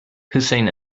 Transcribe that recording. hussein